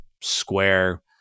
Square